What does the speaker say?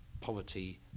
poverty